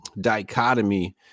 dichotomy